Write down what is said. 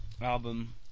album